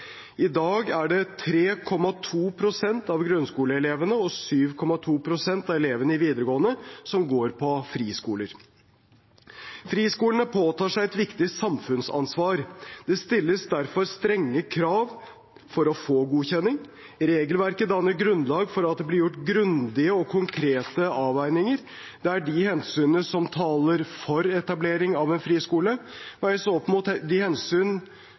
I dag er det 3,2 pst. av grunnskoleelevene og 7,2 pst. av elevene i videregående som går på friskoler. Friskolene påtar seg et viktig samfunnsansvar. Det stilles derfor strenge krav for å få godkjenning. Regelverket danner grunnlag for at det blir gjort grundige og konkrete avveininger, der de hensynene som taler for etablering av en friskole, veies opp mot